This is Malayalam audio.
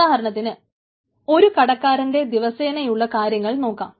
ഉദാഹരണത്തിന് ഒരു കടക്കാരന്റെ ദിവസേനയുള്ള കാര്യങ്ങൾ നോക്കാം